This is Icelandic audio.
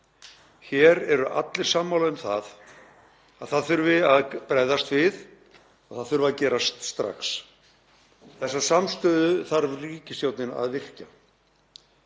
Hér eru allir sammála um að það þurfi að bregðast við og það þurfi að gerast strax. Þessa samstöðu þarf ríkisstjórnin að virkja.